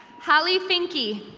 holly finky.